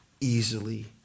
easily